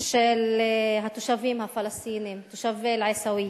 של התושבים הפלסטינים, תושבי אל-עיסאוויה.